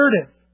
assertive